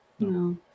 No